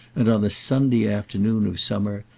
and on a sunday afternoon of summer,